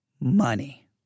money